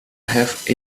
have